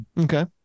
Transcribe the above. okay